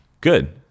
Good